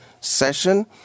session